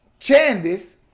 Chandis